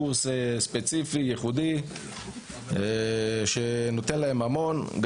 קורס ספציפי ייחודי שנותן להם המון.